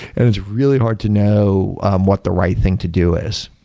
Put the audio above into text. and it's really hard to know what the right thing to do is.